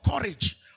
courage